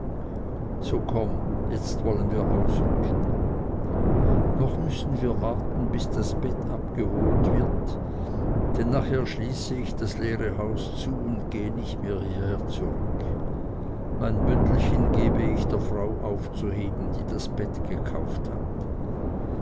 so komm jetzt vollen wir ausrücken noch müssen wir warten bis das bett abgeholt wird denn nachher schließe ich das leere haus zu und gehe nicht mehr hierher zurück mein bündelchen gebe ich der frau aufzuheben die das bett gekauft hat